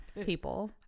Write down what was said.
people